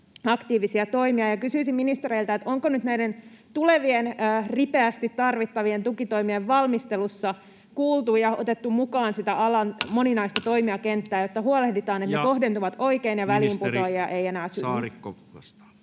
aktiivisia toimia. Kysyisin ministereiltä: onko nyt näiden tulevien ripeästi tarvittavien tukitoimien valmistelussa kuultu ja otettu mukaan sitä alan moninaista toimijakenttää, jotta huolehditaan siitä, että ne kohdentuvat oikein ja väliinputoajia ei enää synny? [Speech 84]